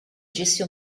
disse